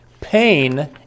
pain